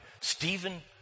Stephen